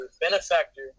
benefactor